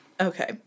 Okay